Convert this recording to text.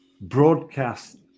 broadcast